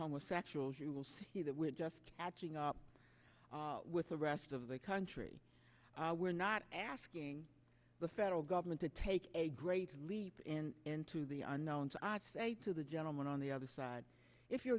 homosexuals you will see that we're just catching up with the rest of the country we're not asking the federal government to take a great leap into the unknown as i say to the gentleman on the other side if you're